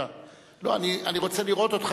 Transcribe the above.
לראות,